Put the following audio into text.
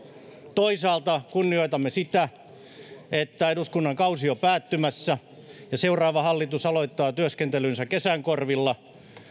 toisaalta kunnioitamme sitä että eduskunnan kausi on päättymässä ja seuraava hallitus aloittaa työskentelynsä kesän korvilla